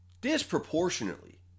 Disproportionately